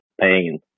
pain